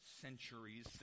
centuries